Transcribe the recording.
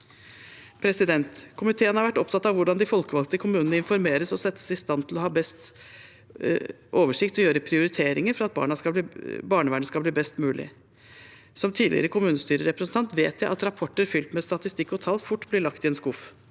Komiteen har vært opptatt av hvordan de folkevalgte i kommunene informeres og settes i stand til å ha best mulig oversikt og gjøre prioriteringer for at barnevernet skal bli best mulig. Som tidligere kommunestyrerepresentant vet jeg at rapporter fylt med statistikk og tall fort blir lagt i en skuff.